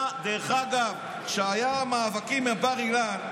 דרך אגב, כשהיו מאבקים בבר-אילן,